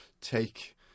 take